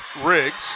Riggs